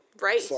Right